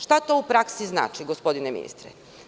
Šta to u praksi znači gospodine ministre?